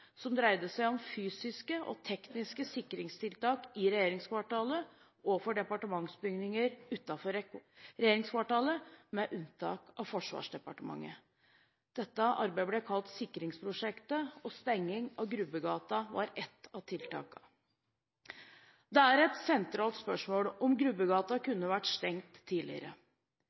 som dreide seg om fysiske og tekniske sikringstiltak i regjeringskvartalet og for departementsbygninger utenfor regjeringskvartalet, med unntak av Forsvarsdepartementet. Dette arbeidet ble kalt sikringsprosjektet, og stenging av Grubbegata var ett av tiltakene. Det er et sentralt spørsmål om Grubbegata kunne vært stengt tidligere.